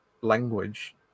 language